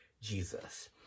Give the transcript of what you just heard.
Jesus